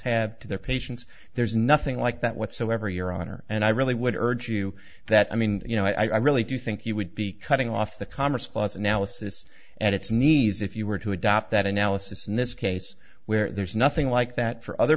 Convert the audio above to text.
to their patients there's nothing like that whatsoever your honor and i really would urge you that i mean you know i really do think you would be cutting off the commerce clause analysis at its knees if you were to adopt that analysis in this case where there's nothing like that for other